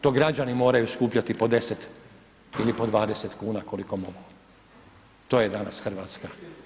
To građani moraju skupljati po 10 ili po 20 kuna koliko mogu, to je danas Hrvatska.